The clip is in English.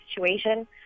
situation